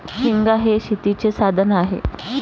हेंगा हे शेतीचे साधन आहे